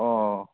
অঁ